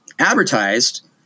advertised